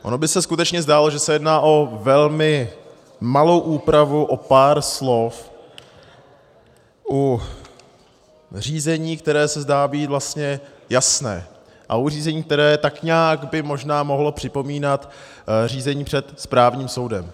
Ono by se skutečně zdálo, že se jedná o velmi malou úpravu, o pár slov u řízení, které se zdá být vlastně jasné, a u řízení, které tak nějak by možná mohlo připomínat řízení před správním soudem.